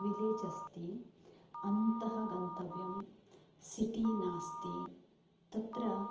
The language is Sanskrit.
विल्लेज् अस्ति अन्त गन्तव्यं सिटी नास्ति तत्र